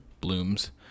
Bloom's